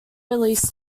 released